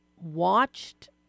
watched